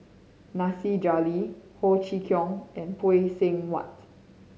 Nasir Jalil Ho Chee Kong and Phay Seng Whatt